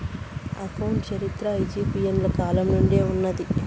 account చరిత్ర ఈజిప్షియన్ల కాలం నుండే ఉన్నాది